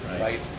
right